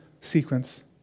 sequence